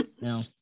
no